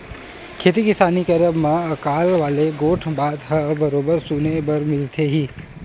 खेती किसानी के करब म अकाल वाले गोठ बात ह बरोबर सुने बर मिलथे ही